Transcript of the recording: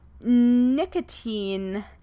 nicotine